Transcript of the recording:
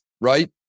right